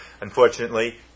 Unfortunately